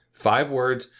five words,